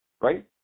right